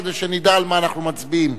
כדי שנדע על מה אנחנו מצביעים.